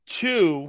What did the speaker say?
two